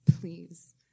Please